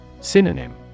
Synonym